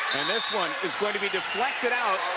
and this one is going to be deflected out.